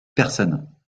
personne